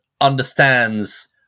understands